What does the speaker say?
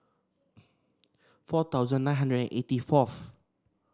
four thousand nine hundred eighty fourth